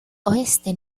oeste